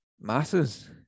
masses